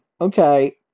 Okay